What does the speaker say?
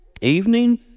Evening